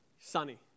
Sunny